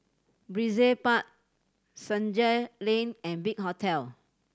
Brizay Park Senja Link and Big Hotel